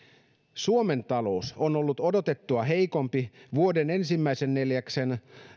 suomen talous on ollut odotettua heikompi vuoden ensimmäisen neljänneksen